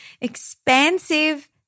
expansive